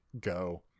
go